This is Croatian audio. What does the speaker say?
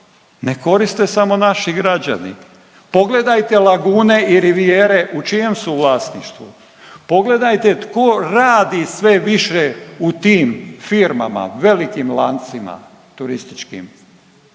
koriste samo naši građani. Pogledajte lagune i rivijere u čijem su vlasništvu, pogledajte tko radi sve više u tim firmam, velikim lancima turističkim.